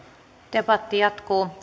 debatti jatkuu